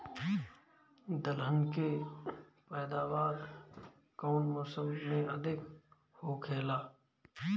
दलहन के पैदावार कउन मौसम में अधिक होखेला?